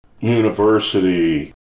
university